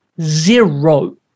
zero